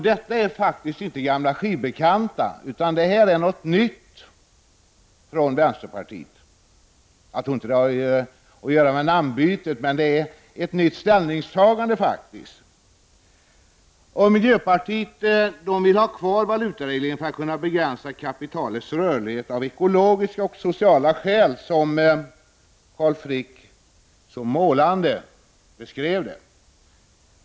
Det är faktiskt inte fråga om ”gamla skivbekanta”, utan här är det fråga om någonting nytt från vänsterpartiets sida. Jag tror inte att det har något att göra med det partiets namnbyte. I varje fall är det fråga om ett nytt ställningstagande. Miljöpartiet vill av ekologiska och sociala skäl ha kvar valutaregleringen för att kunna begränsa kapitalets rörlighet. I det avseendet hade Carl Frick en målande beskrivning.